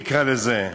נקרא לזה,